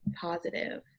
positive